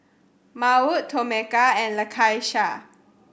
Maud Tomeka and Lakeisha